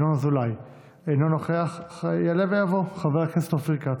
אינו נוכח, חבר הכנסת ינון אזולאי,